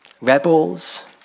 rebels